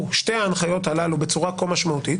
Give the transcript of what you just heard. שתי ההנחיות הללו בצורה כה משמעותית.